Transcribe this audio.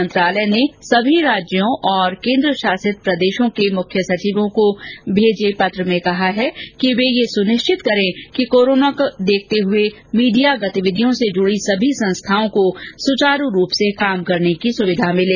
मंत्रालय ने सभी राज्यों और केन्द्रशासित प्रदेशों के मुख्य सचिवों को भेजे पत्र में कहा है कि वे यह सुनिश्चित करें कि कोरोना को देखते हुए मीडिया गतिविधियों से जुड़ी सभी संस्थाओं को सुचारू रूप से काम करने की सुविधा मिले